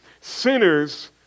sinners